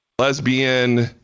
lesbian